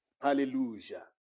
Hallelujah